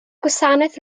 gwasanaeth